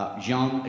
Jean